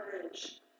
courage